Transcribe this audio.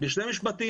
בשני משפטים,